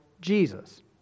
Jesus